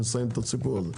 ונסיים את הסיפור הזה.